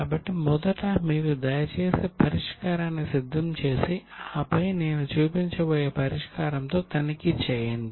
కాబట్టి మొదట మీరు దయచేసి పరిష్కారాన్ని సిద్ధం చేసి ఆపై నేను చూపించబోయే పరిష్కారంతో తనిఖీ చేయండి